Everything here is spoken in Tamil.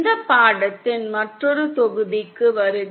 இந்த பாடத்தின் மற்றொரு தொகுதிக்கு வருக